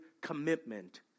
commitment